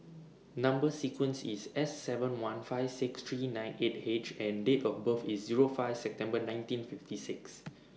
Number sequence IS S seven one five six three nine eight H and Date of birth IS Zero five September nineteen fifty six